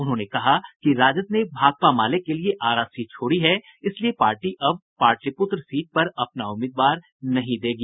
उन्होंने कहा कि राजद ने भाकपा माले के लिये आरा सीट छोड़ी है इसलिये पार्टी अब पाटलिपुत्र सीट पर अपना उम्मीदवार नहीं देगी